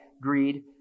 greed